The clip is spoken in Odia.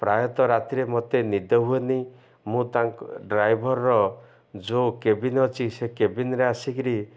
ପ୍ରାୟତଃ ରାତିରେ ମୋତେ ନିଦ ହୁଏନି ମୁଁ ତାଙ୍କ ଡ୍ରାଇଭର୍ର ଯେଉଁ କେବନ୍ ଅଛି ସେ କେବିନ୍ରେ ଆସିକିରି